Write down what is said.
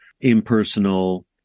impersonal